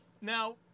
now